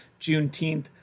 Juneteenth